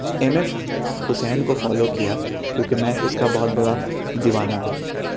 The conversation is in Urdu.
ایم ایف حسین کو فالو کیا کیونکہ میں اس کا بہت بڑا دیوانہ ہوں